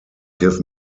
give